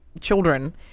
children